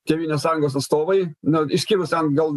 tėvynės sąjungos atstovai na išskyrus ten gal